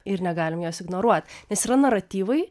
ir negalim jos ignoruoti nes yra naratyvai